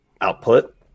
output